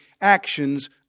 actions